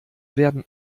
werden